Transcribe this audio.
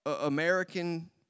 American